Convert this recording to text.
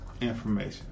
information